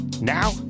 Now